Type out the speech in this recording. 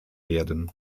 werden